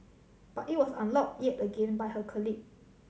but it was unlocked yet again by her colleague